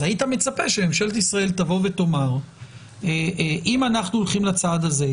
היית מצפה שממשלת ישראל תאמר שאם אנחנו הולכים לצעד הזה,